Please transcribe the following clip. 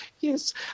Yes